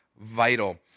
vital